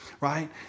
Right